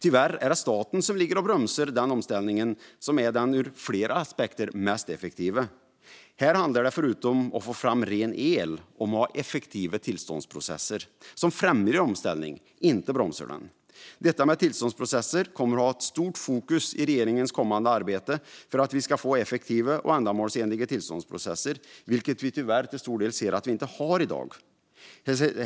Tyvärr är det staten som ligger och bromsar den omställning som är den ur flera aspekter mest effektiva. Här handlar det förutom om att få fram ren el om att ha effektiva tillståndsprocesser som främjar omställning, inte bromsar den. Detta med tillståndsprocesser kommer regeringen att ha skarpt fokus på i sitt kommande arbete för att vi ska få effektiva och ändamålsenliga tillståndsprocesser, vilket vi tyvärr till stor del inte har i dag.